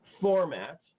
format